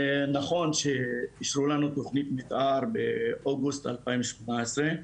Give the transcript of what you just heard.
נכון שאישרו לנו תכנית מתאר באוגוסט 2018,